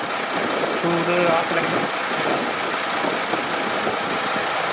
suit हां सिलाई लो कोई गल्ल नि